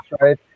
right